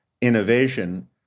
innovation